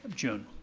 june.